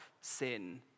sin